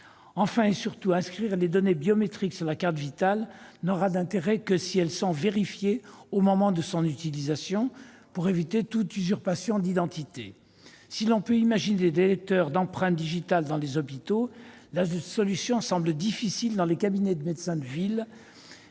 Enfin et surtout, inscrire des données biométriques sur la carte Vitale n'aura d'intérêt que si elles sont vérifiées au moment de l'utilisation de celle-ci, pour éviter toute usurpation d'identité. Or si l'on peut imaginer des lecteurs d'empreintes digitales dans les hôpitaux, cette solution semble difficilement applicable dans les cabinets de médecins de ville,